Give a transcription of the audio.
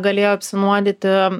galėjo apsinuodyti